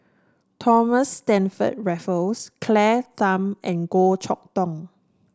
Thomas Stamford Raffles Claire Tham and Goh Chok Tong